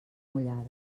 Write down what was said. mullades